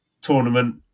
tournament